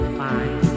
fine